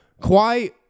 Kawhi